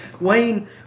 Wayne